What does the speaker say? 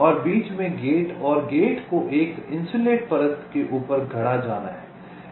और बीच में गेट और गेट को एक इन्सुलेट परत के ऊपर गढ़ा जाना है